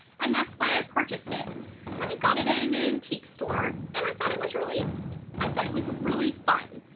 and that's why i purchased it. and i got it in an antique store, and i thought it was really i thought it was really fun.